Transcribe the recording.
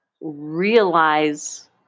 realize